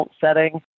setting